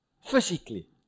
physically